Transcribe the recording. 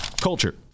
culture